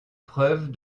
preuve